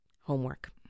homework